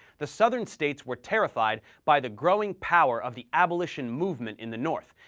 the southern states were terrified by the growing power of the abolition movement in the north,